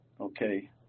Okay